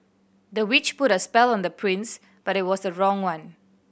the witch put a spell on the prince but it was the wrong one